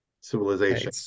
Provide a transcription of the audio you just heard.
civilization